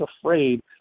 afraid